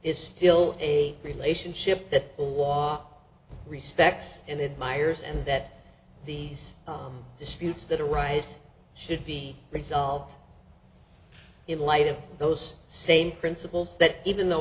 still a relationship that law respects and admires and that these disputes that arise should be resolved in light of those same principles that even though